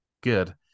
Good